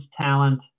talent